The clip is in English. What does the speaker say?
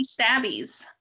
stabbies